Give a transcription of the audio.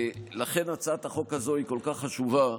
ולכן הצעת החוק הזו כל כך חשובה,